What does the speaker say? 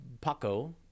Paco